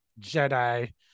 Jedi